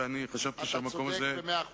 ואני חשבתי שהמקום הזה אתה צודק במאה אחוז.